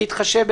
בהתחשב,